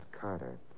Carter